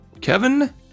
Kevin